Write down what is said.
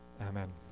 amen